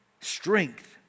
strength